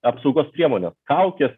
apsaugos priemones kaukes